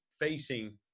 facing